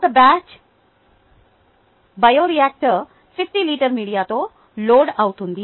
ఒక batch bioreactor 50 లీటర్ల మీడియాతో లోడ్ అవుతుంది